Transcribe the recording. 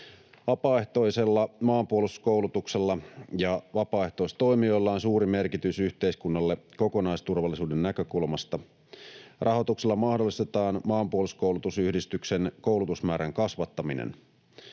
Vapaaehtoisella maanpuolustuskoulutuksella ja vapaaehtoistoimijoilla on suuri merkitys yhteiskunnalle kokonaisturvallisuuden näkökulmasta. Rahoituksella mahdollistetaan Maanpuolustuskoulutusyhdistyksen koulutusmäärän kasvattaminen.